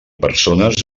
persones